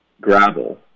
gravel